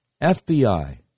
FBI